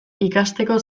ikasteko